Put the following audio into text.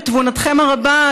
בתבונתכם הרבה,